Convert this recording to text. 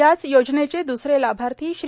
याच योजनेचे दुसरे लाभार्थी श्री